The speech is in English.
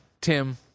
Tim